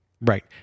Right